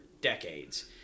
decades